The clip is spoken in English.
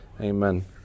Amen